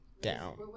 down